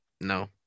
no